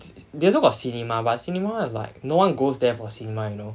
they also got cinema but cinema is like no one goes there for cinema you know